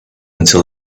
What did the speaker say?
until